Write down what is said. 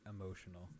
emotional